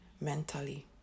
mentally